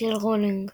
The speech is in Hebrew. של רולינג.